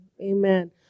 Amen